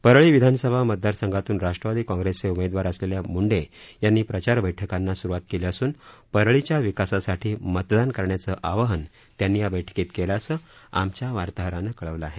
परळी विधानसभा मतदारसंघातून राष्ट्रवादी कॉंग्रेसचे उमेदवार असलेल्या मुंडे यांनी प्रचार बैठकांना सूरवात केली असून परळीच्या विकासासाठी मतदान करण्याचं आवाहन त्यांनी या बैठकीत केल्याचं आमच्या वार्ताहरानं कळवलं आहे